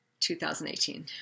2018